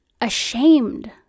ashamed